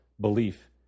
belief